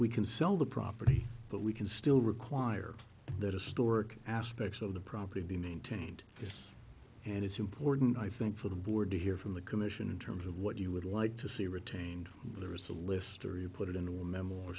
we can sell the property but we can still require that historic aspects of the property be maintained and it's important i think for the board to hear from the commission in terms of what you would like to see retained and there is a list or you put it in a me